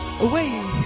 away